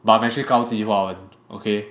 but I'm actually 高级华文 okay